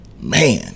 Man